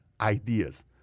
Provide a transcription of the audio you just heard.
ideas